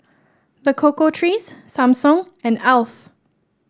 The Cocoa Trees Samsung and Alf